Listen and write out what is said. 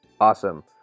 Awesome